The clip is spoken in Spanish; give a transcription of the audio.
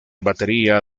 batería